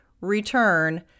return